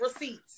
receipts